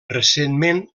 recentment